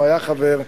או שהיה חבר בה,